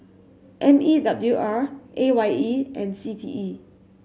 M E W R A Y E and C T E